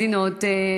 מדינות,